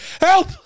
Help